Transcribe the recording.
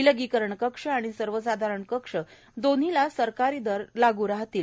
विलगीकरण कक्ष आणि सर्वसाधारण कक्ष दोन्हीला सरकारी दर लागू राहतील